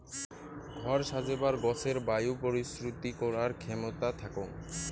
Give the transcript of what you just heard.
ঘর সাজেবার গছের বায়ু পরিশ্রুতি করার ক্ষেমতা থাকং